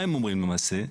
ומה הם אומרים למעשה?